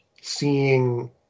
seeing